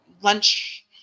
lunch